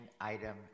item